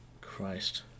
Christ